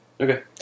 Okay